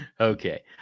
Okay